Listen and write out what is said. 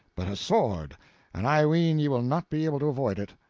but a sword and i ween ye will not be able to avoid it.